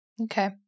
Okay